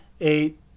eight